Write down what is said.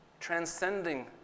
transcending